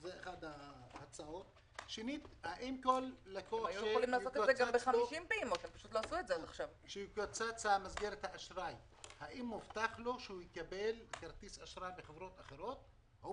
זו